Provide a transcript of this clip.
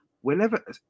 Whenever